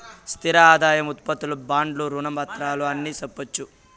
స్థిర ఆదాయం ఉత్పత్తులు బాండ్లు రుణ పత్రాలు అని సెప్పొచ్చు